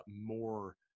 more